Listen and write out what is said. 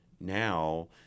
now